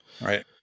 right